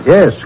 Yes